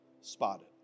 spotted